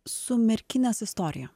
su merkinės istorija